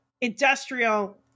Industrial